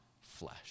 flesh